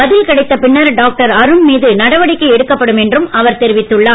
பதில் கிடைத்த பின்னர் டாக்டர் அருண் மீது நடவடிக்கை எடுக்கப்படும் என்று அவர் தெரிவித்துள்ளார்